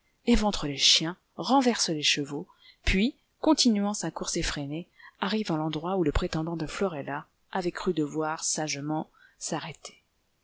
l'arrêter éventre les chiens renverse les chevaux puis continuant sa course effrénée arrive à l'endroit où le prétendant de florella avait cru devoir sagement s'arrêter